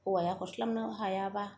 हौवाया हरस्लाबनो हायाब्ला